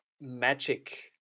magic